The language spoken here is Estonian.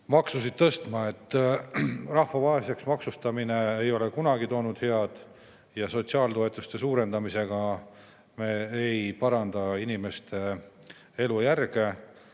maksusid tõstma. Rahva vaeseks maksustamine ei ole kunagi toonud head ja sotsiaaltoetuste suurendamisega me ei paranda inimeste elujärge.